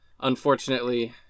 unfortunately